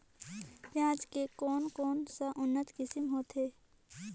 पियाज के कोन कोन सा उन्नत किसम होथे?